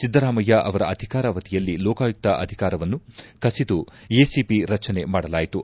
ಸಿದ್ದರಾಮಯ್ಯ ಅವರ ಅಧಿಕಾರವಧಿಯಲ್ಲಿ ಲೋಕಾಯುಕ್ತ ಅಧಿಕಾರವನ್ನು ಕಸಿದು ಎಸಿಬಿ ರಜನೆ ಮಾಡಲಾಯಿತು